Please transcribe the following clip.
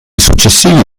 successivi